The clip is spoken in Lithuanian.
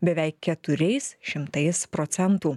beveik keturiais šimtais procentų